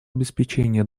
обеспечение